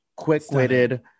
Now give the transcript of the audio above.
quick-witted